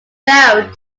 failed